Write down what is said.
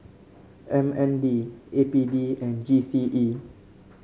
M N D A P D and G C E